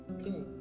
Okay